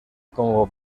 como